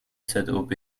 zob